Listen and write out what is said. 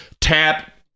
tap